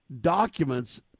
documents